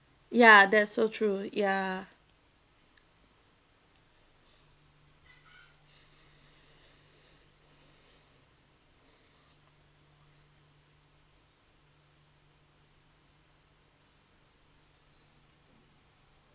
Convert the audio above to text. ya that's so true ya